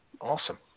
Awesome